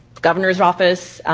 governor's office.